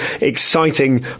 exciting